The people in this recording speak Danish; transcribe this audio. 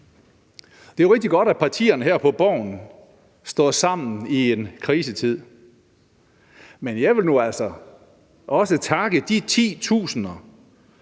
rigtig godt, at partierne her på Borgen står sammen i en krisetid, men jeg vil nu altså også takke de titusinder,